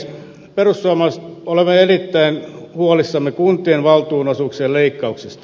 me perussuomalaiset olemme erittäin huolissamme kuntien valtionosuuksien leikkauksista